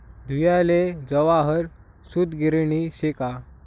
धुयाले जवाहर सूतगिरणी शे का